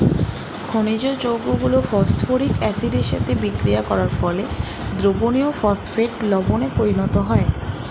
খনিজ যৌগগুলো ফসফরিক অ্যাসিডের সাথে বিক্রিয়া করার ফলে দ্রবণীয় ফসফেট লবণে পরিণত হয়